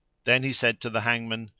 then he said to the hangman,